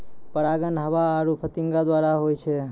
परागण हवा आरु फतीगा द्वारा होय छै